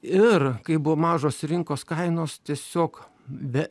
ir kai buvo mažos rinkos kainos tiesiog ve